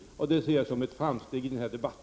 Det ser jag som ett framsteg i denna debatt.